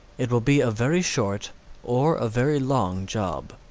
it will be a very short or a very long job.